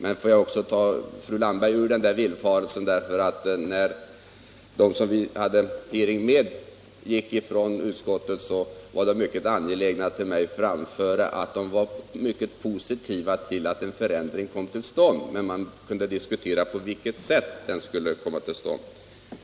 Men får jag ta fru Landberg ur den villfarelsen, därför att när de som vi hade hearing med gick från utskottet var de mycket angelägna att till mig framföra att de var positiva till en förändring, men man kunde diskutera på vilket sätt den skulle komma till stånd.